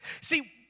See